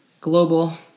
global